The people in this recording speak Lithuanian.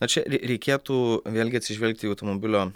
na čia rei reikėtų vėlgi atsižvelgti į automobilio